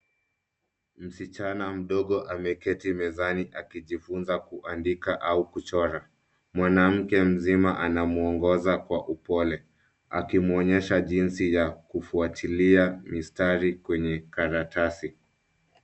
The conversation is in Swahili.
Msichana mdogo ameketi mezani akijifunza kuandika au kuchora . Mwanamke mzima anamwongoza kwa upole akimwonysha jinsi ya kufuatilia mistari kwenye kartasi.